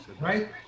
Right